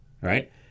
right